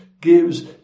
gives